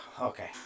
okay